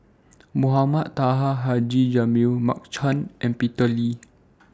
Mohamed Taha Haji Jamil Mark Chan and Peter Lee